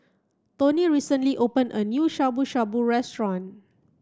Toni recently open a new Shabu Shabu restaurant